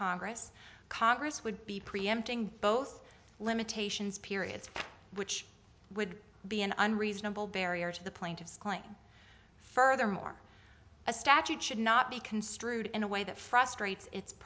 congress congress would be preempting both limitations periods which would be an unreasonable barrier to the plaintiff's claim furthermore a statute should not be construed in a way that frustrates its